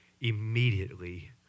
immediately